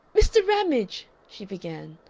mr. ramage! she began,